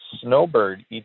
snowbird